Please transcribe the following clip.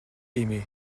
aimé